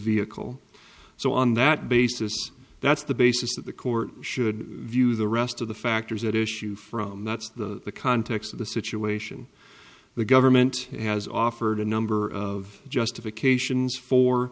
vehicle so on that basis that's the basis that the court should view the rest of the factors that issue from that's the context of the situation the government has offered a number of justifications for